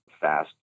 fast